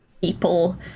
people